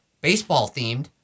baseball-themed